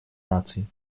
наций